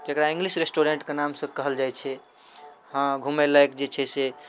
जकरा इङ्गलिश रेस्टोरेन्टके नामसँ कहल जाइ छै हाँ घुमै लागि जे छै से